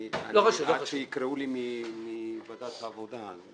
אני מחכה שיקראו לי מוועדת העבודה.